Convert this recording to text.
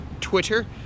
twitter